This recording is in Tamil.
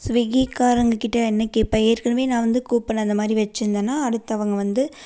ஸ்விக்கி காரங்ககிட்ட என்ன கேட்பேன் ஏற்கனவே நான் வந்து கூப்பன் அந்த மாதிரி வச்சுருந்தனா அடுத்தவங்க வந்து